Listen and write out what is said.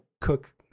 cook